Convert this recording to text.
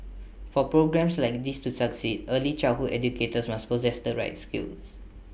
for programmes like these to succeed early childhood educators must possess the right skills